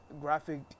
graphic